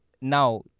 now